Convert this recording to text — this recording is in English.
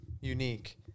unique